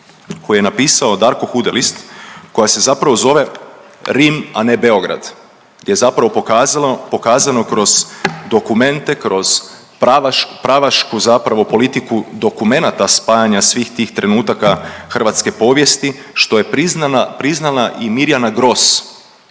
koju je napisao Darko Hudelist koja se zapravo zove „Rim, a ne Beograd“ gdje je pokazano kroz dokumente, kroz pravašku politiku dokumenata spajanja svih tih trenutaka hrvatske povijesti što je priznala i Mirjana Gross,